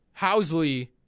Housley